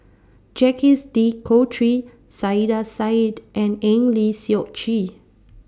Jacques De Coutre Saiedah Said and Eng Lee Seok Chee